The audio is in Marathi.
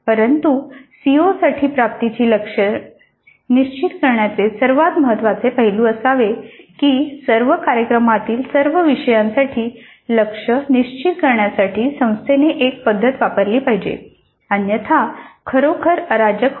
परंतु सीओसाठी प्राप्तीची लक्ष्ये निश्चित करण्याचे सर्वात महत्त्वाचे पैलू असावे की सर्व कार्यक्रमातील सर्व विषयांसाठी लक्ष्य निश्चित करण्यासाठी संस्थेने एक पद्धत वापरली पाहिजे अन्यथा खरोखर अराजक होते